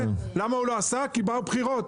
כי באו בחירות.